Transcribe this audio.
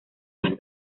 las